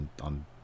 on